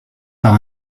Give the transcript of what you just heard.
par